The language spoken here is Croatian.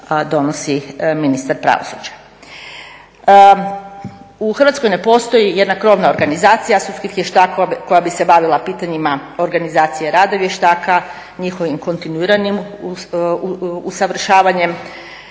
donosi ministar pravosuđa. U Hrvatskoj ne postoji jedna krovna organizacija sudskih vještaka koja bi se bavila pitanjima organizacije rada vještaka, njihovim kontinuiranim usavršavanjem